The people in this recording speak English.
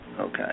Okay